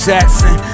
Jackson